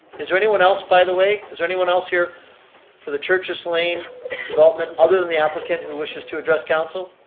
is there anyone else, by the way? is there anyone else here for the church's lane development other than the applicant who wishes to address council?